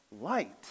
light